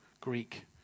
Greek